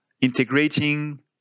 integrating